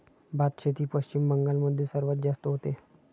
भातशेती पश्चिम बंगाल मध्ये सर्वात जास्त होते